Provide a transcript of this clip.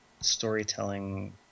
storytelling